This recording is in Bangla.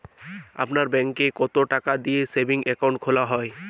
আপনার ব্যাংকে কতো টাকা দিয়ে সেভিংস অ্যাকাউন্ট খোলা হয়?